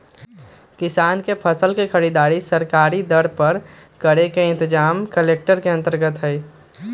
किसान के फसल के खरीदारी सरकारी दर पर करे के इनतजाम कलेक्टर के अंदर रहा हई